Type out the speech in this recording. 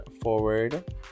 forward